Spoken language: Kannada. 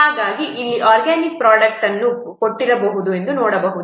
ಹಾಗಾಗಿ ಇಲ್ಲಿ ಆರ್ಗ್ಯಾನಿಕ್ ಪ್ರೊಡಕ್ಟ್ ಎಂದು ಕೊಟ್ಟಿರುವುದನ್ನು ನೋಡಬಹುದು